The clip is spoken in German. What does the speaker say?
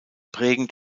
prägend